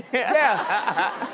yeah.